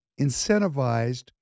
incentivized